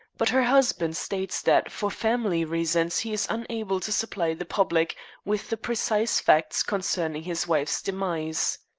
but her husband states that for family reasons he is unable to supply the public with the precise facts concerning his wife's demise.